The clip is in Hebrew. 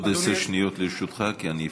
עוד עשר שניות לרשותך כי אני הפעלתי.